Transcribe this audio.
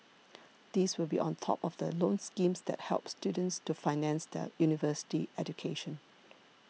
these will be on top of the loan schemes that help students to finance their university education